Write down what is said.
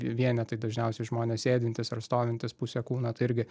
vienetai dažniausiai žmonės sėdintys ar stovintys puse kūno tai irgi